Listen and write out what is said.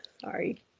sorry